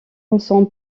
ensemble